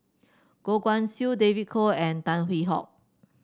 Goh Guan Siew David Kwo and Tan Hwee Hock